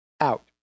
out